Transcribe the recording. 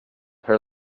her